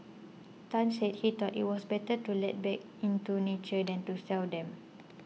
Tan said he thought it was better to let back into nature than to sell them